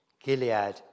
Gilead